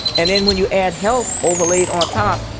and then when you add health overlaid on top,